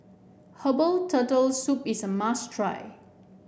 Herbal Turtle Soup is a must try